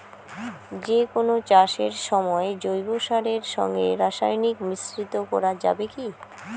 যে কোন চাষের সময় জৈব সারের সঙ্গে রাসায়নিক মিশ্রিত করা যাবে কি?